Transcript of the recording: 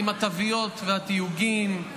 עם התוויות והתיוגים,